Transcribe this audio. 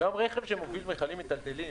רכב שמוביל מכלים מטלטלים,